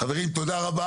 חברים, תודה רבה